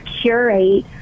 curate